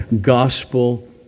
Gospel